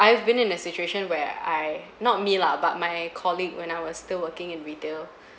I have been in a situation where I not me lah but my colleague when I was still working in retail